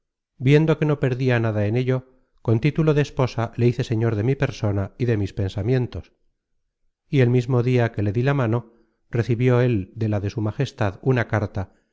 viendo que no perdia nada en ello con título de esposa le hice señor de mi persona y de mis pensamientos y el mismo dia que le dí la mano recibió él de la de su majestad una carta